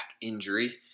injury